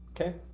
Okay